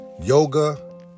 yoga